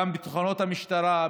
גם בתחנות המשטרה,